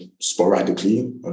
sporadically